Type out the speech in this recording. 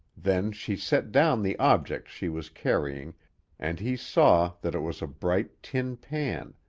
then she set down the object she was carrying and he saw that it was a bright tin pan,